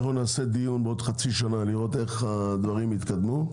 אנחנו נעשה דיון בעוד חצי שנה לראות איך הדברים התקדמו.